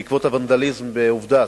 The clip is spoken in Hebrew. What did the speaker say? בעקבות הוונדליזם בעבדת,